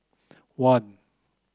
one